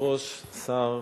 שם